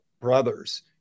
brothers